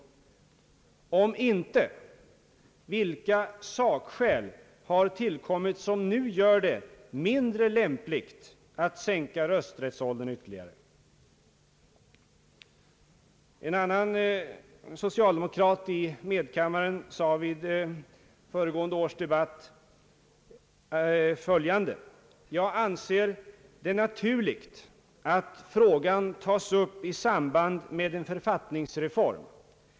Om inte, vilka sakskäl har tillkommit som nu gör det mindre lämpligt att sänka rösträttsåldern ytterligare? En annan socialdemokrat i medkammaren sade i förra årets debatt följande: »...jag anser det naturligt att frågan tas upp i samband med en författningsreform.